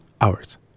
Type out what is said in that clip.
hours